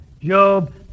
Job